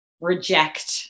reject